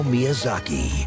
Miyazaki